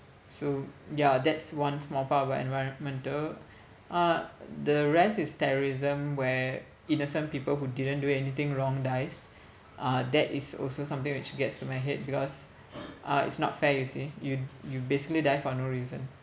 so ya that's one small part about environmental uh the rest is terrorism where innocent people who didn't do anything wrong dies uh that is also something which gets to my head because uh it's not fair you see you you basically die for no reason